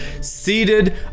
seated